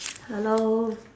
hello